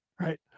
Right